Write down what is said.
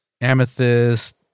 amethyst